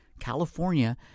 California